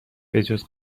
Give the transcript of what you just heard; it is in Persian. بهجز